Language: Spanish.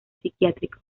psiquiátrico